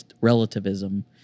relativism